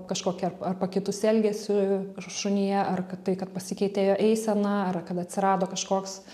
kažkokį ar ar pakitusį elgesį šunyje ar tai kad pasikeitė jo eisena ar kad atsirado kažkoks